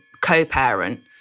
co-parent